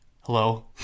Hello